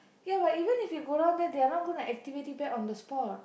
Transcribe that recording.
ya but even if you go down there they are not gonna activate it back on the spot